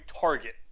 target